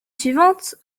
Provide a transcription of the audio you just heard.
suivante